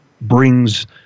brings